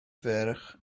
ferch